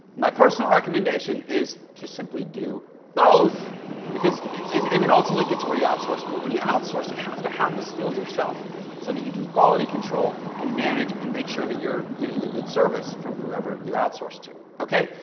my personal recommendation is to simply do both because and and then ultimately get to where you outsource, but when you outsource, you have to have the skills yourself so that you can quality, control and manage and make sure that you're getting a good service from whoever you outsource to. okay,